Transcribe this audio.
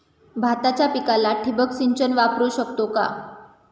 भाताच्या पिकाला ठिबक सिंचन वापरू शकतो का?